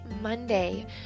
Monday